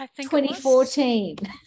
2014